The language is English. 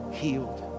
healed